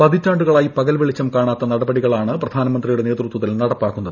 പതിറ്റാണ്ടുകളായി പകൽവെളിച്ചം കാണാത്ത നടപടികളാണ് പ്രധാനമന്ത്രിയുടെ നേതൃത്വത്തിൽ നടപ്പാക്കുന്നത്